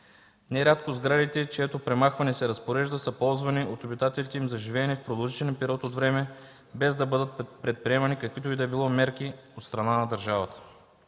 Нерядко сградите, чието премахване се разпорежда, са ползвани от обитателите им за живеене в продължителен период от време, без да бъдат предприемани каквито и да било мерки от страна на държавата.